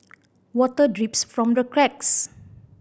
water drips from the cracks